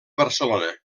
barcelona